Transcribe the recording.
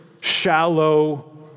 shallow